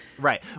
Right